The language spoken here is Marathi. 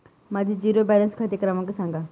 माझा झिरो बॅलन्स खाते क्रमांक सांगा